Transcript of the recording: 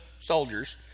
soldiers